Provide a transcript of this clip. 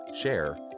share